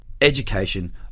education